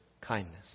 kindness